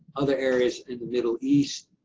other areas in the middle east,